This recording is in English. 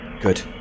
Good